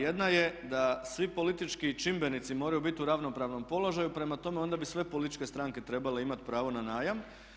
Jedna je da svi politički čimbenici moraju biti u ravnopravnom položaju i prema tome onda bi sve političke stranke trebale imati pravo na najam.